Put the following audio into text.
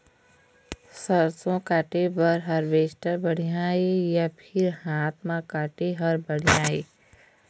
सरसों काटे बर हारवेस्टर बढ़िया हे या फिर हाथ म काटे हर बढ़िया ये?